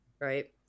right